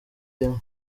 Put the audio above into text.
rimwe